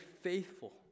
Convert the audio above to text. faithful